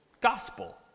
gospel